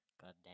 Goddamn